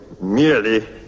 merely